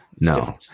no